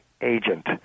agent